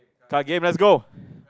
card game let's go